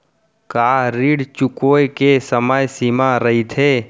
का ऋण चुकोय के समय सीमा रहिथे?